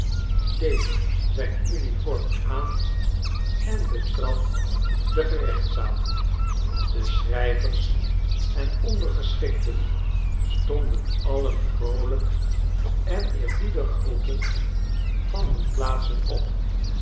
deed zijn uniform aan en betrad de gerechtszaal de schrijvers en ondergeschikten stonden allen vroolijk en eerbiedig groetend van hun plaatsen op